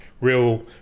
real